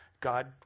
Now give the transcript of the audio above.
God